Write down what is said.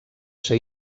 ser